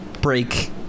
break